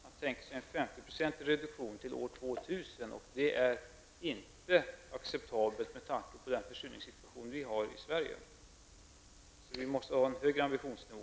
IMO tänker sig en 50-procentig reduktion till år 2000, vilket inte är acceptabelt med tanke på den försurningssituation som vi har i Sverige. Som jag ser det måste vi ha en högre ambitionsnivå.